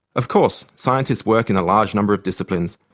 of course, scientists work in a large number of disciplines.